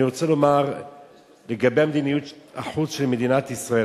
אני רוצה לומר לגבי מדיניות החוץ של מדינת ישראל.